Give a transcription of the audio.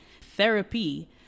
Therapy